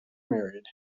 married